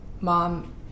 mom